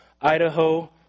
Idaho